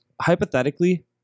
hypothetically